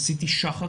עשיתי שח"ק,